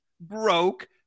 broke